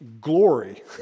Glory